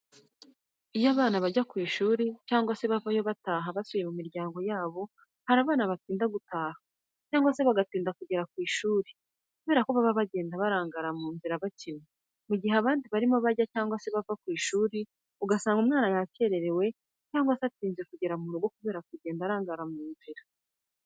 Iyo abana bajya ku ishuri cyangwa se bavayo bataha basubiye mu miryango yabo hari abana batinda gutaha cyangwa se bagatinda kugera ku ishuri kubera ko baba bagenda barangara mu nzira bakina, mu gihe abandi barimo bajya cyangwa bava ku ishuri, ugasanga umwana yakererewe cyangwa se atinze kugera mu rugo kubera kugenda arangara mu nzira.